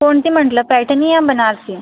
कोणती म्हटलं पैठणी या बनारसी